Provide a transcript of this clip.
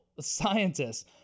scientists